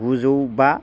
गुजौ बा